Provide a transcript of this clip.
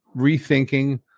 rethinking